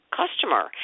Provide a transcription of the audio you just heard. customer